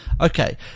Okay